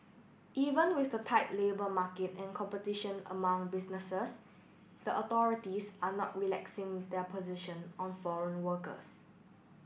even with the tight labour market and competition among businesses the authorities are not relaxing their position on foreign workers